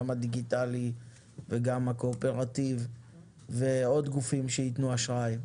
גם הדיגיטלי וגם הקורפרטיב ועוד גופים שיתנו אשראי,